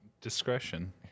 Discretion